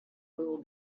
will